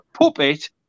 puppet